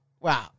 Wow